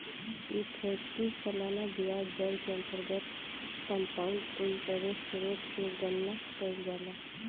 effective सालाना ब्याज दर के अंतर्गत कंपाउंड इंटरेस्ट रेट के गणना कईल जाला